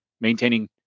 maintaining